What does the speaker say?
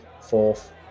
fourth